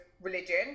religion